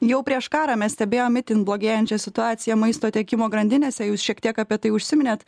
jau prieš karą mes stebėjom itin blogėjančią situaciją maisto tiekimo grandinėse jūs šiek tiek apie tai užsiminėt